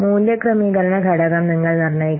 മൂല്യ ക്രമീകരണ ഘടകം നിങ്ങൾ നിർണ്ണയിക്കണം